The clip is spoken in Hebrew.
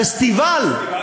פסטיבל.